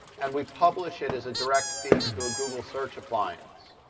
and we publish it as a direct feed to a google search appliance.